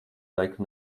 laiku